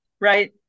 right